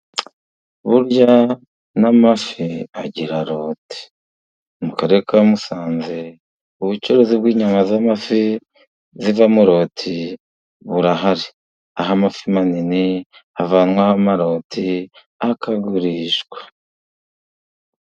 Burya n'amafi agira roti, mu karere ka Musanze ubucuruzi bw'inyama z'amafi zivamo roti burahari, aho amafi manini havanwaho amaroti, akagurishwa.